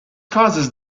causes